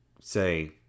say